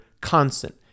constant